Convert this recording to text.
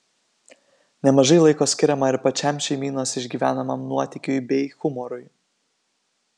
nemažai laiko skiriama ir pačiam šeimynos išgyvenamam nuotykiui bei humorui